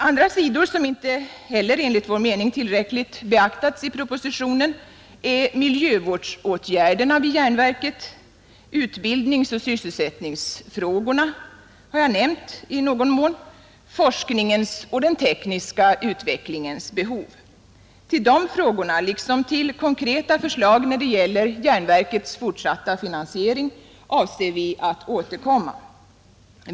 Andra sidor som inte heller tillräckligt beaktats i propositionen är miljövårdsåtgärderna vid järnverket, utbildningsoch sysselsättningsfrågorna — som jag har nämnt i någon mån — forskningens och den tekniska utvecklingens behov. Till de frågorna, liksom till konkreta förslag när det gäller järnverkets fortsatta finansiering, avser vi att återkomma.